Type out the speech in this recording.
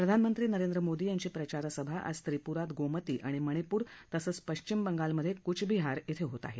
प्रधानमंत्री नरेंद्र मोदी यांची प्रचारसभा आज त्रिपुरात गोमती आणि मणिपूर तसंच पश्चिम बंगालमधे कुचबिहार श्वे होत आहे